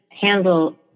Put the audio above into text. handle